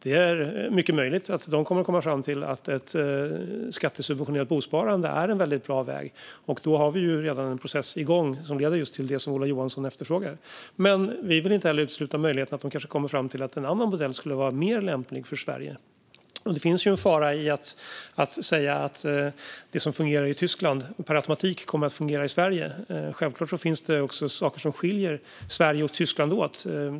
Det är mycket möjligt att de kommer fram till att ett skattesubventionerat bosparande är en väldigt bra väg, och då har vi ju redan en process igång som leder till just det som Ola Johansson efterfrågar. Men vi vill inte utesluta möjligheten att de kanske kommer fram till att en annan modell skulle vara mer lämplig för Sverige. Det finns en fara i att säga att det som fungerar i Tyskland per automatik kommer att fungera i Sverige. Självklart finns det saker som skiljer Sverige och Tyskland åt.